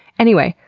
anyway,